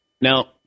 Now